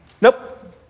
Nope